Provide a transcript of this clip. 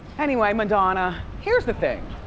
anyway, madonna. here's the thing.